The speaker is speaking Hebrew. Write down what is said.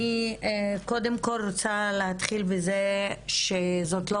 אני קודם כל רוצה להתחיל בזה שזאת לא